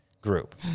group